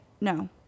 no